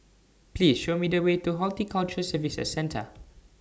Please Show Me The Way to Horticulture Services Centre